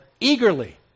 Eagerly